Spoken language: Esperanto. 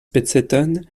peceton